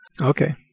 Okay